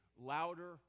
louder